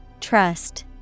Trust